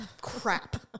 crap